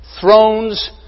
thrones